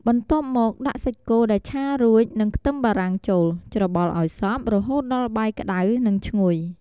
បន្ទាប់មកដាក់សាច់គោដែលឆារួច និងខ្ទឹមបារាំងចូល ច្របល់ឱ្យសព្វ រហូតដល់បាយក្តៅ និង ឈ្ងុយ។